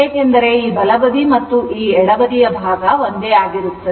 ಏಕೆಂದರೆ ಈ ಬಲ ಬದಿ ಮತ್ತು ಈ ಎಡಬದಿಯ ಭಾಗ ಒಂದೇ ಆಗಿರುತ್ತದೆ